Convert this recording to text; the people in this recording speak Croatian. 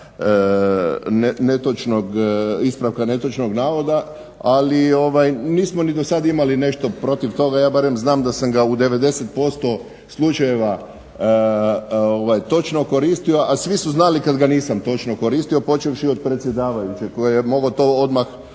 ispravka netočnog navoda, ali nismo ni do sada imali nešto protiv toga. Ja barem znam da sam ga u 90% slučajeva točno koristio, a svi su znali kad ga nisam točno koristio, počevši od predsjedavajućeg koji je mogao to odmah